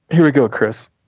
here we go, chris.